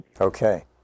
Okay